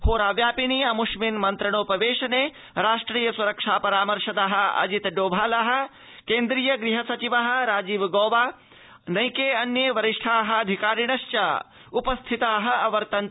होरा व्यापिनि अमुष्मिन् मन्त्रणोपवेशने राष्ट्रिय सुरक्षा परामर्श दः अजित डोभालः केन्द्रीय गृह सचिवः राजीव गौबा नैके इतरे वरिष्ठाः अधिकारिणश्चोपस्थिताः अवर्तन्त